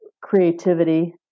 creativity